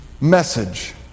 message